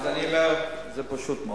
אז אני אומר: זה פשוט מאוד.